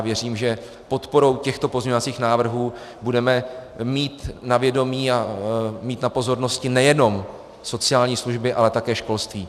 Věřím, že podporou těchto pozměňovacích návrhů budeme mít na vědomí a mít na pozornosti nejenom sociální služby, ale také školství.